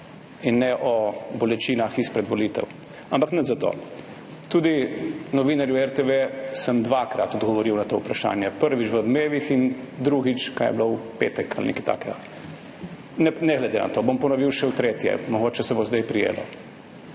in ne o bolečinah izpred volitev, ampak nič za to. Tudi novinarju RTV sem dvakrat odgovoril na to vprašanje. Prvič, v Odmevih, in drugič, v petek ali nekaj takega. Ne glede na to bom ponovil še v tretje, mogoče se bo zdaj prijelo.